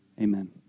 Amen